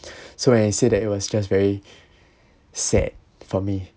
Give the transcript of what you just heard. so when he said that it was just very sad for me